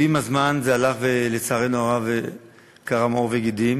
ועם הזמן זה הלך ולצערנו הרב קרם עור וגידים